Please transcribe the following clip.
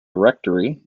rectory